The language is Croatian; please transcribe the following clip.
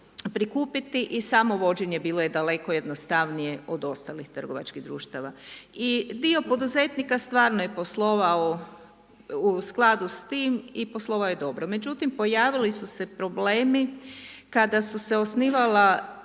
prikupiti i samovođenje bilo je daleko jednostavnije od ostalih trgovačkih društava. I dio poduzetnika stvarno je poslovao u skladu s tim i poslovao je dobro. Međutim, pojavili su se problemi, kada su se osnivala